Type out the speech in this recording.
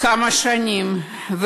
כמה שנים,